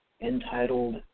entitled